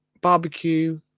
barbecue